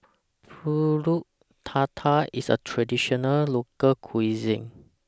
Pulut Tatal IS A Traditional Local Cuisine